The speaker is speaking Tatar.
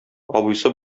абыйсы